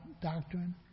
doctrine